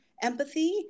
empathy